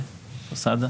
סעדה.